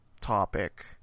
topic